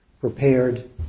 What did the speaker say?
prepared